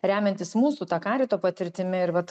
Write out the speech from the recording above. remiantis mūsų ta karito patirtimi ir vat